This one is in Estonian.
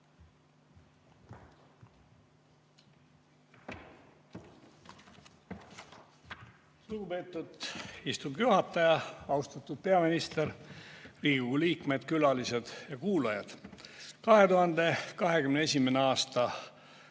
Lugupeetud istungi juhataja! Austatud peaminister! Riigikogu liikmed, külalised ja muud kuulajad! 2021. aasta